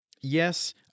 Yes